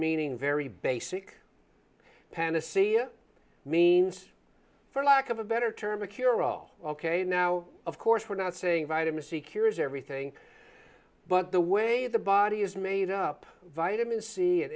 meaning very basic panacea means for lack of a better term a cure all ok now of course we're not saying vitamin c cures everything but the way the body is made up vitamin c